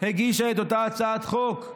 הגישה את אותה הצעת חוק.